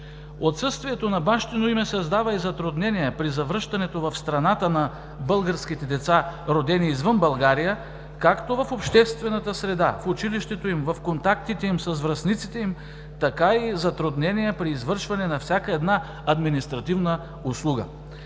Отсъствието на бащино име създава и затруднения при завръщането в страната на българските деца, родени извън България, както в обществената среда, в училището им, в контактите с връстниците им, така и затруднения при извършване на всяка една административна услуга.